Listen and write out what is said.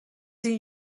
این